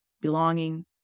belonging